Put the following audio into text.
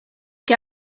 que